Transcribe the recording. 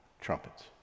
trumpets